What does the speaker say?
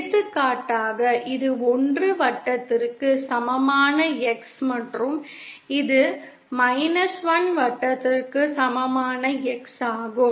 எடுத்துக்காட்டாக இது 1 வட்டத்திற்கு சமமான X மற்றும் இது 1 வட்டத்திற்கு சமமான X ஆகும்